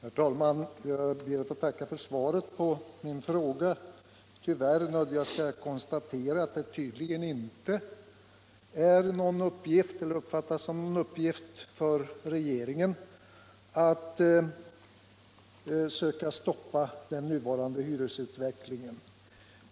Herr talman! Jag ber att få tacka för svaret på min fråga. Tyvärr nödgas jag konstatera att det tydligen inte uppfattas som någon uppgift för regeringen att söka stoppa den nuvarande hyresutvecklingen.